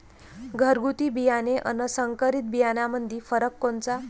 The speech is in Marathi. घरगुती बियाणे अन संकरीत बियाणामंदी फरक कोनचा?